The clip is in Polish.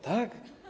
Tak.